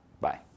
Bye